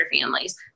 families